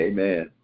Amen